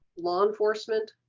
law enforcement,